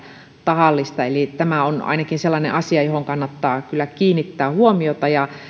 tahallista eli tämä ainakin on sellainen asia johon kannattaa kyllä kiinnittää huomiota